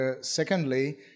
secondly